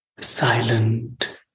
Silent